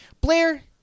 Blair